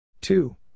two